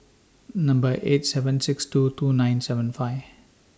Number eight seven six two two nine seven five